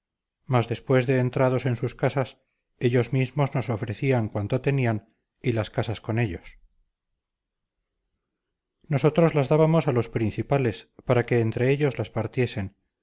mas después de entrados en sus casas ellos mismos nos ofrecían cuanto tenían y las casas con ellos nosotros las dábamos a los principales para que entre ellos las partiesen